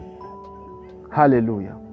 Hallelujah